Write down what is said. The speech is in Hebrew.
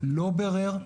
לא בירר,